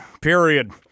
Period